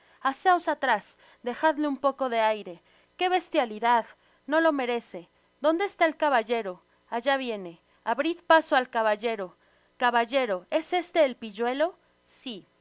haceos atrás dejadle un poco de aire que bestialidad no lo merece donde está el caballero allá viene abrid paso al caballero caballero es este el pilluelo si